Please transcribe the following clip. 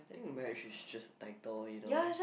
I think marriage is just a title you know